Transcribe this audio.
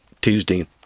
Tuesday